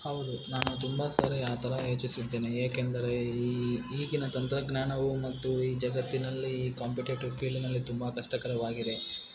ಹೌದು ನಾನು ತುಂಬ ಸರಿ ಆ ಥರ ಯೋಚಿಸಿದ್ದೇನೆ ಏಕೆಂದರೆ ಈಗಿನ ತಂತ್ರಜ್ಞಾನವು ಮತ್ತು ಈ ಜಗತ್ತಿನಲ್ಲಿ ಕಾಂಪಿಟೇಟರ್ ಫೀಲ್ಡಿನಲ್ಲಿ ತುಂಬ ಕಷ್ಟಕರವಾಗಿದೆ